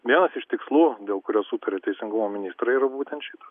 vienas iš tikslų dėl kurio sutarė teisingumo ministrai yra būtent šitas